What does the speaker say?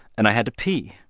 and i had to pee,